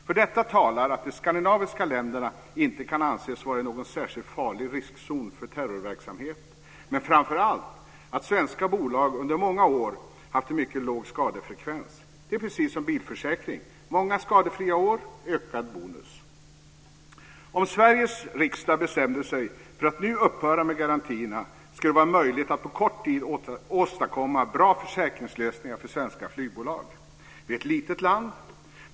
För detta talar att de skandinaviska länderna inte kan anses vara i någon särskilt farlig riskzon för terrorverksamhet men framför allt att svenska bolag under många år haft en mycket låg skadefrekvens. Det är precis som bilförsäkring; många skadefria år - ökad bonus. Om Sveriges riksdag bestämde sig för att nu upphöra med garantierna skulle det vara möjligt att på kort tid åstadkomma bra försäkringslösningar för svenska flygbolag. Vi är ett litet land.